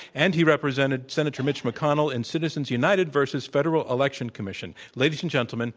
and he represented senator mitch mcconnell in citizens united versus federal election commission. ladies and gentlemen,